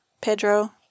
Pedro